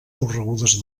corregudes